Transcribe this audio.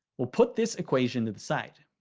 we'll put this equation to the side.